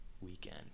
weekend